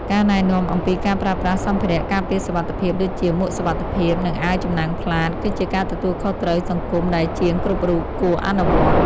ការណែនាំអំពីការប្រើប្រាស់សម្ភារៈការពារសុវត្ថិភាពដូចជា មួកសុវត្ថិភាព និងអាវចំណាំងផ្លាត គឺជាការទទួលខុសត្រូវសង្គមដែលជាងគ្រប់រូបគួរអនុវត្ត។